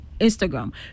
Instagram